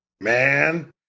man